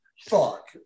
Fuck